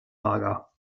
mager